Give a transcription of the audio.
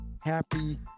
happy